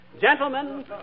Gentlemen